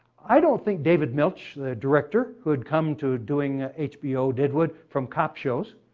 i don't think david milch, the director, who had come to doing hbo deadwood from cop shows.